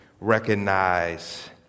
recognize